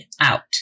out